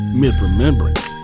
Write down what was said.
mid-remembrance